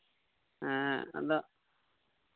ᱦᱮᱸ ᱟᱫᱚ